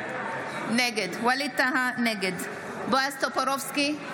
נגד בועז טופורובסקי,